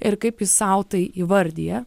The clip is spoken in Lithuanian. ir kaip jis sau tai įvardija